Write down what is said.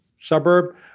suburb